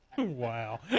Wow